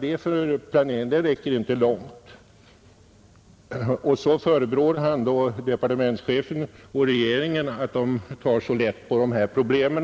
Det räcker inte långt.” Och så förebrår han departementschefen och regeringen för att de tar för lätt på dessa problem.